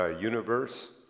universe